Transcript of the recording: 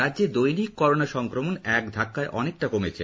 রাজ্যে দৈনিক করোনা সংক্রমণ এক ধাক্কায় অনেকটাই কমেছে